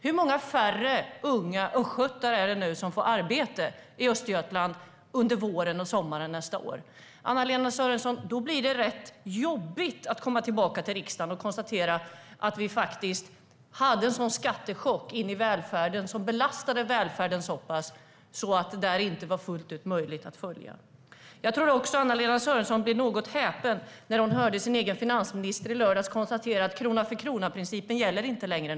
Hur många färre unga östgötar är det nu som får arbete i Östergötland under våren och sommaren nästa år? Anna-Lena Sörenson! Då blir det rätt jobbigt att komma tillbaka till riksdagen och konstatera att vi faktiskt hade en sådan skattechock in i välfärden som belastade välfärden så att det inte fullt ut var möjligt att följa. Jag tror också att Anna-Lena Sörenson blev något häpen när hon hörde sin egen finansminister i lördags konstatera att krona-för-krona-principen inte gäller längre.